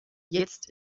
jetzt